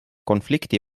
konflikti